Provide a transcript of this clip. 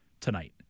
tonight